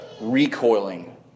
recoiling